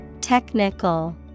Technical